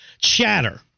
chatter